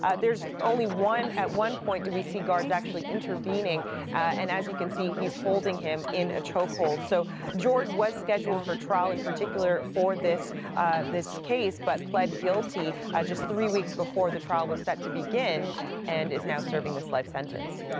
ah there's only one at one point do we see guards actually intervening and as you can see, he's holding him in a chokehold. so george was scheduled for trial in particular for this this case, but pled guilty just three weeks before the trial was set to begin and is now serving this life sentence.